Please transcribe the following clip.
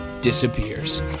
disappears